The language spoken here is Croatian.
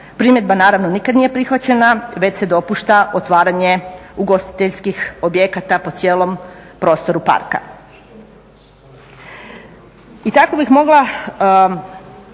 primjedba naravno nikad nije prihvaćena već se dopušta otvaranje ugostiteljskih objekata po cijelom prostoru parka. I tako bih mogla